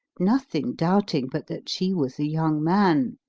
nothing doubting but that she was a young man,